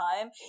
time